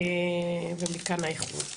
ומכאן האיחור.